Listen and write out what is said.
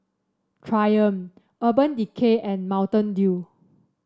Triumph Urban Decay and Mountain Dew